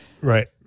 Right